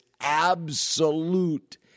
absolute